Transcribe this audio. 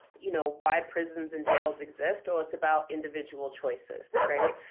you know, why prisons and jails exist. well, it's about individual choices, right?